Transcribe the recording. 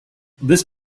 this